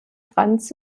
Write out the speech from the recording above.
franz